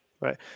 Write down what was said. Right